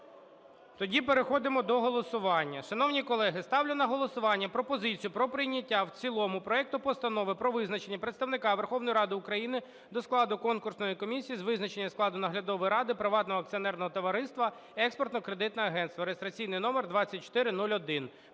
Тоді переходимо до голосування. Шановні колеги, ставлю на голосування пропозицію про прийняття в цілому проекту Постанови про визначення представника Верховної Ради України до складу конкурсної комісії з визначення складу наглядової ради приватного акціонерного товариства "Експортно-кредитне агентство" (реєстраційний номер 2401).